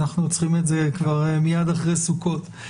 אנחנו צריכים את זה כבר מיד אחרי סוכות.